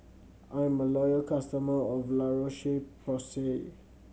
I'm a loyal customer of La Roche Porsay